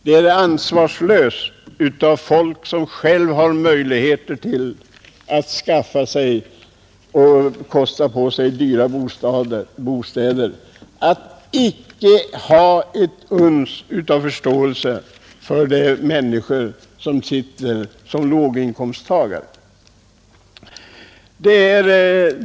Det är ansvarslöst av människor som själva har möjlighet att kosta på sig dyra bostäder att icke visa ett uns av förståelse för de människor som är låginkomsttagare.